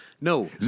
No